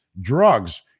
drugs